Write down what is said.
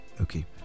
okay